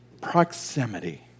proximity